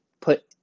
put